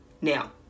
Now